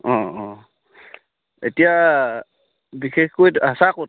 অঁ অঁ এতিয়া বিশেষকৈ আছা ক'ত